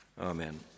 Amen